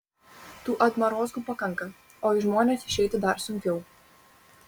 tų atmarozkų pakanka o į žmones išeiti dar sunkiau